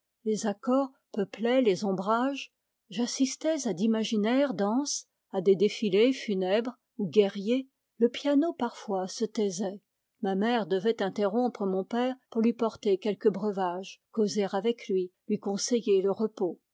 les accords peuplaient les ombrages j'assistais à d'imaginaires danses à des défilés funèbres ou guerriers le piano parfois se taisait ma mère devait interrompre mon père pour lui porter quelque breuvage causer avec lui lui conseiller le repos